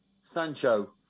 Sancho